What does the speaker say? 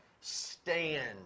stand